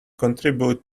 contribute